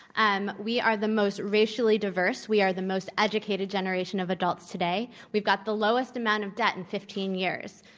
um we are the most racially diverse. we are the most educated generation of adults today. we've got the lowest amount of debt in fifteen years.